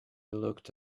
looked